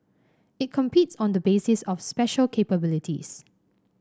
it competes on the basis of special capabilities